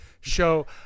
show